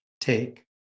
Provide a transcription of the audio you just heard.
take